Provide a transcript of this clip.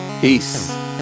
Peace